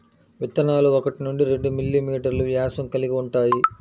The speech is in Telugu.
విత్తనాలు ఒకటి నుండి రెండు మిల్లీమీటర్లు వ్యాసం కలిగి ఉంటాయి